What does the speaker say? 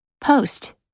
Post